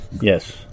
Yes